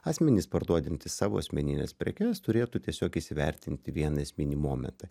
asmenys parduodantys savo asmenines prekes turėtų tiesiog įsivertinti vieną esminį momentą